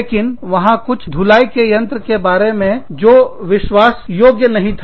लेकिन वहां कुछ धुलाई के यंत्र के बारे में जो विश्वास ही योग्य नहीं था